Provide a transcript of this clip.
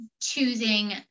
choosing